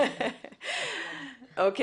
אישור הצעת החוק?: הצבעה אושר החוק אושר